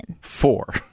Four